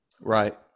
Right